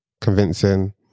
convincing